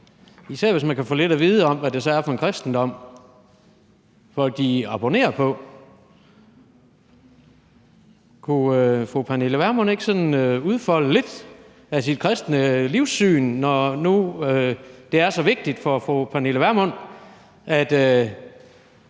især hvis man kan få lidt at vide om, hvad det så er for en kristendom, folk abonnerer på. Kunne fru Pernille Vermund ikke sådan udfolde lidt af sit kristne livssyn, når nu det er så vigtigt for fru Pernille Vermund at